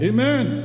Amen